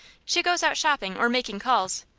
she goes out shopping or making calls,